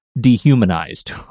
dehumanized